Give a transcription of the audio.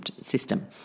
system